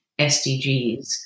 SDGs